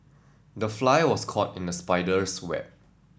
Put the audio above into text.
the fly was caught in the spider's web